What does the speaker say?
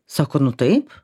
sako nu taip